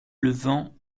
levant